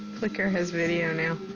flickr has video now